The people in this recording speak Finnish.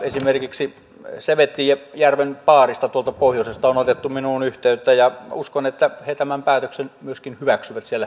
esimerkiksi sevettijärven baarista tuolta pohjoisesta on otettu minuun yhteyttä ja uskon että he tämän päätöksen myöskin hyväksyvät siellä keskuudessaan